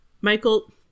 Michael